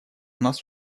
нас